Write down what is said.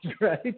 right